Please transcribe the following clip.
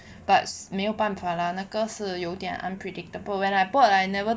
but 没有办法啦那个是有点 unpredictable when I bought I never